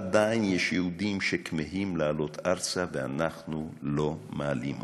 עדיין יש יהודים שכמהים לעלות ארצה ואנחנו לא מעלים אותם.